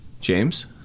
James